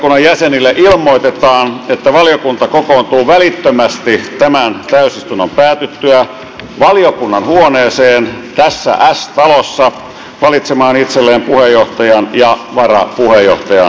perustuslakivaliokunnan jäsenille ilmoitetaan että valiokunta kokoontuu välittömästi tämän täysistunnon päätyttyä valiokunnan huoneeseen tässä s talossa valitsemaan itselleen puheenjohtajan ja varapuheenjohtajan